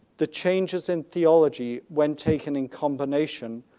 the changes in theology when taken in combination,